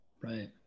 right